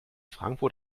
frankfurt